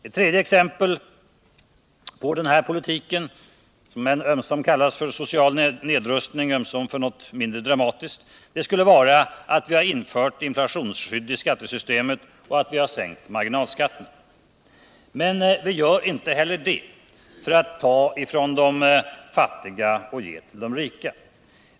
Ett tredje exempel på denna politik, som ömsom kallas social nedrustning och ömsom för något mindre dramatiskt, skulle vara att vi inför inflationsskydd i skattesystemet och vill sänka marginalskatterna. Men vi gör det inte för att vi vill ta från de fattiga och ge till de rika.